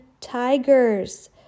tigers